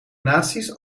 naties